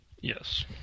Yes